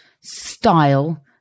style